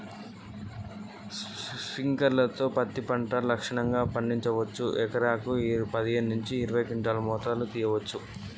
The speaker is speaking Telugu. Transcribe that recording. స్ప్రింక్లర్ తో పత్తి పంట పండించవచ్చా?